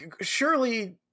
surely